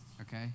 Okay